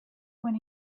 when